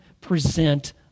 present